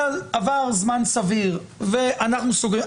אבל עבר זמן סביר ואנחנו סוגרים.